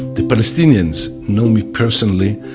the palestinians, know me personally,